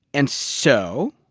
and so,